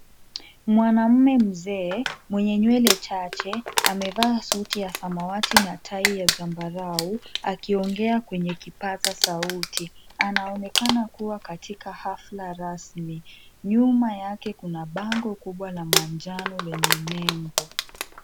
Mwanaume mzee mwenye nywele chache amevaa suti ya samawati na tai ya zambarau akiongea kwenye kipaza sauti. Anaonekana kuwa katika hafla rasmi. Nyuma yake kuna bango kubwa la manjano lenye nembo.